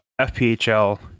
FPHL